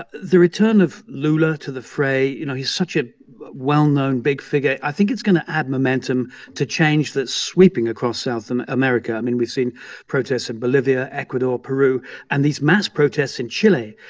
ah the return of lula to the fray you know, he's such a well-known, big figure i think it's going to add momentum to change that's sweeping across south and america. i mean, we've seen protests in bolivia, ecuador, peru and these mass protests in chile,